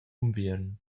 unviern